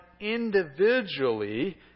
individually